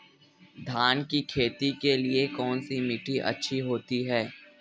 धान की खेती के लिए कौनसी मिट्टी अच्छी होती है?